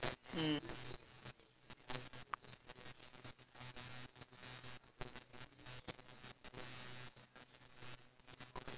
mm